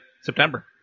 September